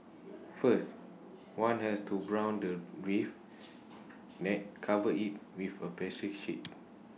first one has to brown the beef then cover IT with A pastry sheet